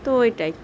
তো এটাই